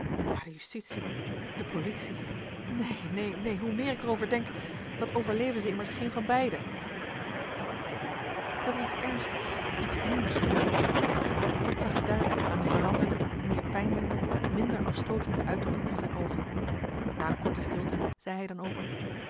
maar de justitie de politie neen neen neen hoe meer ik er over denk dat overleven ze immers geen van beiden dat er iets ernstigs iets nieuws in de dokter was omgegaan zag ik duidelijk aan de veranderde meer peinzende minder afstootende uitdrukking van zijn oogen na een korte stilte zei hij dan ook